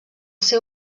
seu